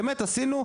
באמת עשינו,